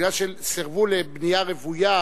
מכיוון שסירבו לבנייה רוויה